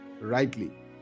rightly